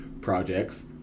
Projects